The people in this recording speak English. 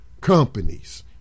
companies